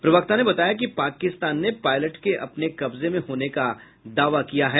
प्रवक्ता ने बताया कि पाकिस्तान ने पायलट के अपने कब्जे में होने का दावा किया है